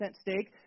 stake